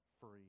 free